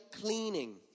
cleaning